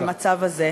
המצב הזה.